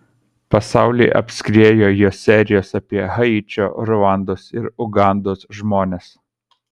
pasaulį apskriejo jo serijos apie haičio ruandos ir ugandos žmones